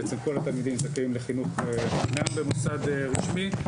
בעצם כל התלמידים זכאים לחינוך חינם במוסד רשמי.